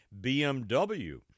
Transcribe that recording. BMW